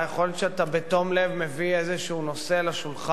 יכול להיות שאתה בתום לב מביא איזה נושא לשולחן,